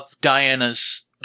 Diana's